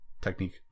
technique